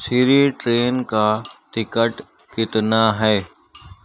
سری train کا ticket کتنا ہے